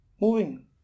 moving